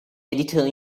editor